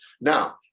Now